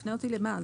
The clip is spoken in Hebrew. תפנה אותי למה?